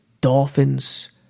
Dolphins